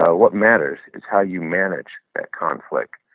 ah what matters is how you manage that conflict.